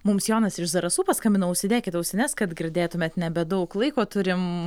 mums jonas iš zarasų paskambino užsidėkit ausines kad girdėtumėt nebedaug laiko turim